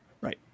right